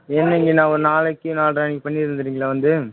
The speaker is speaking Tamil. ஈவினிங் ஒரு நாளைக்கு பண்ணி தந்துருவீங்களா வந்து